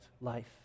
life